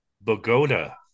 Bogota